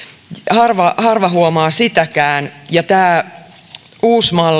harva harva huomaa sitäkään ja tämä uusi malli